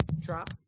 Drop